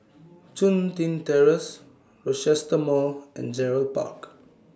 Chun Tin Terrace Rochester Mall and Gerald Park